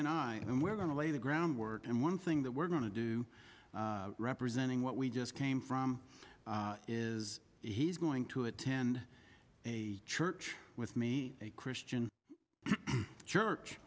and i and we're going to lay the groundwork and one thing that we're going to do representing what we just came from is he's going to attend a church with me a christian church